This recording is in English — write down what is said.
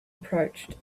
approached